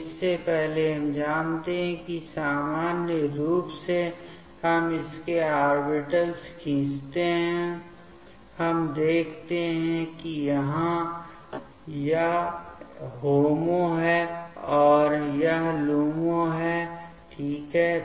तो इससे पहले हम जानते हैं कि सामान्य रूप से हम इसके ऑर्बिटल्स खींचते हैं हम देखते हैं कि यहाँ यह HOMO है और यह LUMO है ठीक है